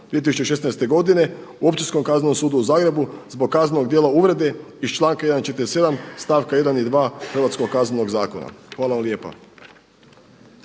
15.11.2016. u Općinskom kaznenom sudu u Zagrebu zbog kaznenog djela uvrede iz članka 47. stavka 1.i 2. hrvatskog Kaznenog zakona. Hvala lijepa.